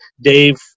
Dave